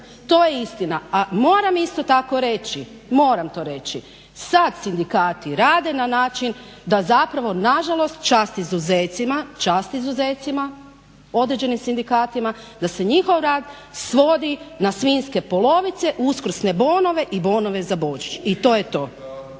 To je istina. A moramo isto tako reći, moram to reći. Sada sindikati rade na način da zapravo nažalost, čast izuzecima, određenim sindikatima da se njihov rad svodi na svinjske polovice, uskrsne bonove i bonove za Božić i to je to.